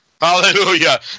Hallelujah